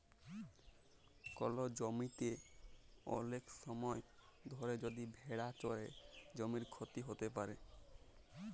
call জমিতে ওলেক সময় ধরে যদি ভেড়া চরে জমির ক্ষতি হ্যত প্যারে